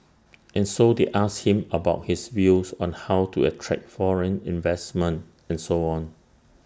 and so they asked him about his views on how to attract foreign investment and so on